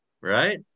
right